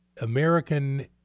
American